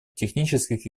технических